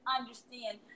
understand